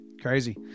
crazy